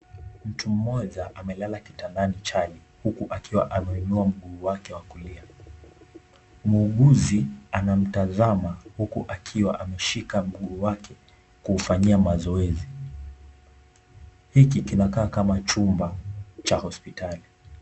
Mtu mmoja amelala kitandani chali huku ameinua mguu wake wa kulia, muuguzi anamtazama huku akiwa ameshika mguu wake kuufanyia mazoezi, hiki kina kaa kama chumba cha hospitali.